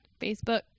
Facebook